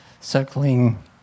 circling